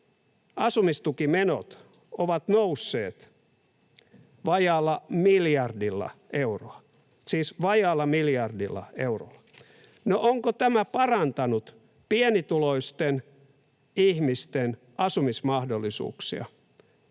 eurolla — siis vajaalla miljardilla eurolla. No, onko tämä parantanut pienituloisten ihmisten asumismahdollisuuksia?